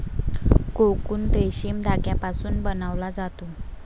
cocoon रेशीम धाग्यापासून बनवला जातो